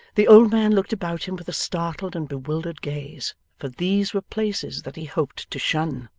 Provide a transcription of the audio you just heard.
the old man looked about him with a startled and bewildered gaze, for these were places that he hoped to shun.